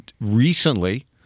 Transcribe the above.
recently